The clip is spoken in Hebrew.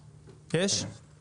ממש בקצרה.